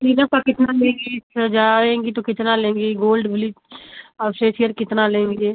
cleanup का कितना लेंगी सजाएँगी तो कितना लेंगी गोल्ड ब्लीच और फेसियल कितना लेंगी